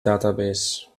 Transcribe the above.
database